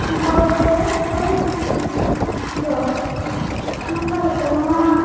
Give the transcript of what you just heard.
ᱵᱷᱟᱨᱚᱛ ᱨᱮ ᱦᱚᱭ ᱦᱤᱥᱤᱫ ᱫᱚ ᱱᱚᱝᱠᱟ ᱞᱮᱠᱟ ᱱᱚᱣᱟ